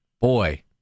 boy